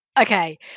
Okay